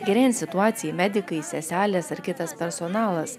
gerėjant situacijai medikai seselės ar kitas personalas